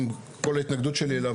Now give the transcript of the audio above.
עם כל ההתנגדות שלי אליו,